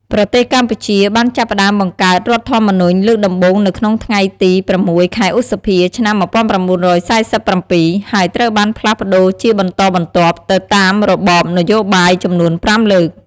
ប្រទេសកម្ពុជា បានចាប់ផ្តើមបង្កើតរដ្ឋធម្មនុញ្ញលើកដំបូងនៅក្នុងថ្ងៃទី ៦ ខែឧសភា ឆ្នាំ ១៩៤៧ ហើយត្រូវបានផ្លាស់ប្តូរជាបន្តបន្ទាប់ទៅតាមរបបនយោបាយចំនួន៥លើក។